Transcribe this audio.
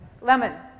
lemon